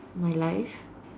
my life